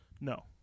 no